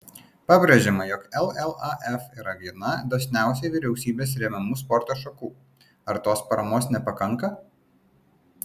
pabrėžiama jog llaf yra viena dosniausiai vyriausybės remiamų sporto šakų ar tos paramos nepakanka